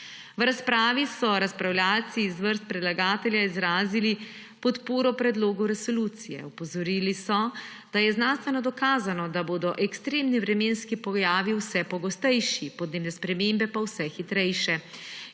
V razpravi so razpravljavci iz vrst predlagatelja izrazili podporo predlogu resolucije. Opozorili so, da je znanstveno dokazano, da bodo ekstremni vremenski pojavi vse pogostejši, podnebne spremembe pa vse hitrejše